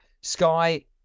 Sky